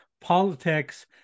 politics